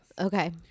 Okay